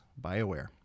BioWare